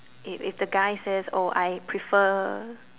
if if the guy says oh I prefer